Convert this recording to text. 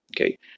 Okay